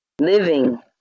living